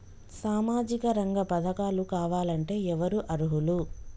సామాజిక రంగ పథకాలు కావాలంటే ఎవరు అర్హులు?